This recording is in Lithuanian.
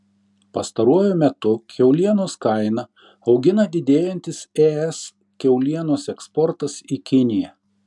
pastaruoju metu kiaulienos kainą augina didėjantis es kiaulienos eksportas į kiniją